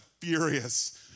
furious